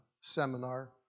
seminar